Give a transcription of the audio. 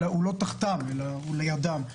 הוא לא מתחתם אלא לידם.